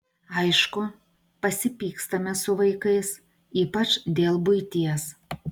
aišku pasipykstame su vaikais ypač dėl buities